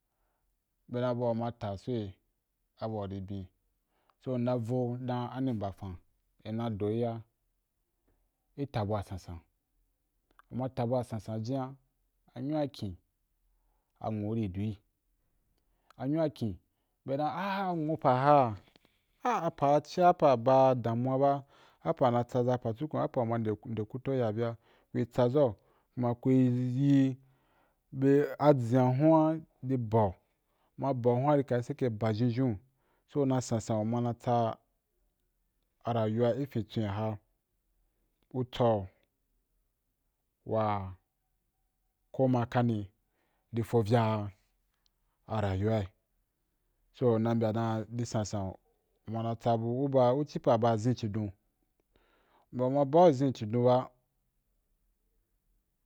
Be dan abua u ma ta’ so’i abua uri ben’i, so mma vo’ ani mbafan, ni do’i ya ni taa ɓua san san yinna nyinu wa kin, anwu’u ri dui anyinu’a kin bei da ah-eh anwu’u pa’a ha, be apa’, apa’ sansan, cia pa’ ba damuwa ba apa’ u ma nde ndekuto ya bye kui tsaʒa’u kuma kui yi be aʒin’a ahun’a ri bau, ma ba hun’a ri ka’i sake ba baʒhenʒhen so na sansan u ma na tsa rayuwa ki fintswen’a, u tsa’u wa koma kani ri fovyah rayuwa i, so ri sansan u ma na tsabu u ba u ci pa’ ba aʒin bu cidon, u mbyaa u ma ba’u aʒin’i u cidon ba.